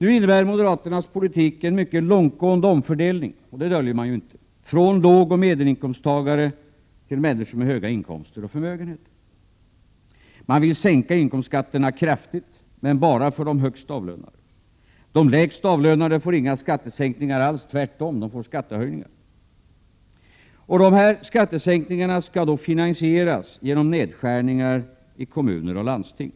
Nu innebär moderaternas politik en mycket långtgående omfördelning, vilket de inte döljer, från lågoch medelinkomsttagare till människor med höga inkomster och förmögenheter. Moderaterna vill sänka inkomstskatterna kraftigt, men bara för de högst avlönade. De lägst avlönade får inga skattesänkningar alls, tvärtom. De får skattehöjningar. Skattesänkningarna skall finansieras genom nedskärningar i kommuner och landsting.